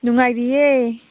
ꯅꯨꯡꯉꯥꯏꯔꯤꯌꯦ